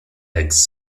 eggs